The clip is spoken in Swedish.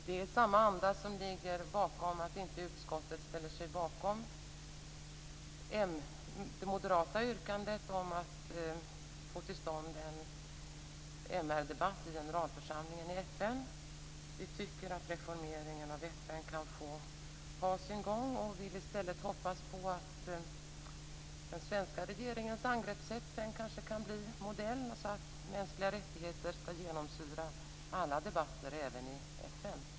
Det är samma anda som motiverar att utskottet inte ställer sig bakom det moderata yrkandet om att få till stånd en MR-debatt i generalförsamlingen i FN. Vi tycker att reformeringen av FN kan få ha sin gång, och vi vill i stället hoppas på att den svenska regeringens angreppssätt kan få bli en modell, så att frågan om mänskliga rättigheter skall få genomsyra alla debatter i FN.